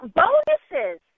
bonuses